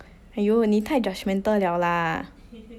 !aiyo! 你太 judgmental liao lah